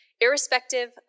Irrespective